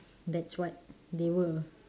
that's what they were